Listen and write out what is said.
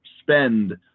spend